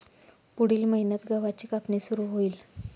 पुढील महिन्यात गव्हाची कापणी सुरू होईल